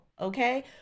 okay